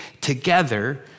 together